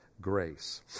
grace